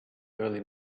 early